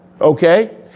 okay